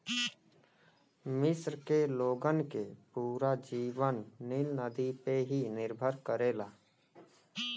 मिस्र के लोगन के पूरा जीवन नील नदी पे ही निर्भर करेला